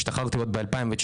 השתחררתי ב-2019,